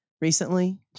recently